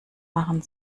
machen